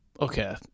okay